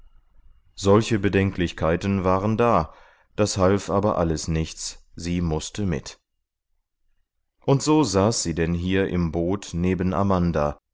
solche bedenklichkeiten waren da das half aber alles nichts sie mußte mit und so saß sie denn hier im boot neben amanda